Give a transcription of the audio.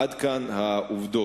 עד כאן העובדות.